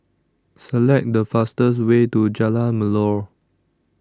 Select The fastest Way to Jalan Melor